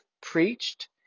preached